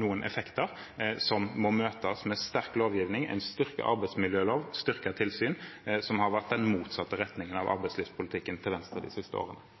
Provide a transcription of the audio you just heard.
noen effekter som må møtes med sterk lovgivning, en styrket arbeidsmiljølov, styrket tilsyn, som er den motsatte retningen av arbeidslivspolitikken til Venstre de siste årene.